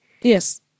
Yes